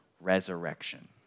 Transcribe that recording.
resurrection